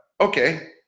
okay